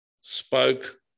spoke